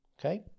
Okay